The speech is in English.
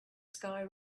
sky